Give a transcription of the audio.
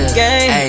game